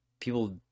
people